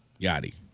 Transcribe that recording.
Yadi